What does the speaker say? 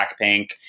blackpink